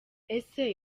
ese